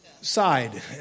side